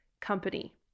company